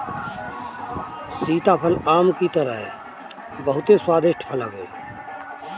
सीताफल आम के तरह बहुते स्वादिष्ट फल हवे